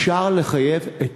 אפשר לחייב את